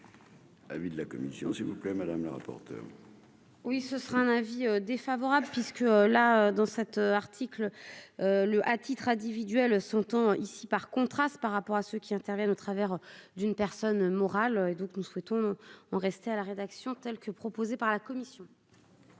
Avis de la commission s'il vous plaît madame la rapporteure. Oui, ce sera un avis défavorable puisque, là, dans cet article le à titre individuel. Son temps ici par contraste par rapport à ceux qui interviennent au travers d'une personne morale, et donc nous souhaitons on rester à la rédaction, telle que proposée par la commission.